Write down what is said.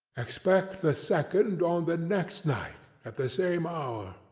expect the second on the next night at the same hour.